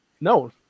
No